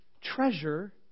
treasure